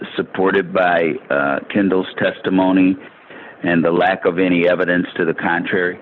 supported by can those testimony and the lack of any evidence to the contrary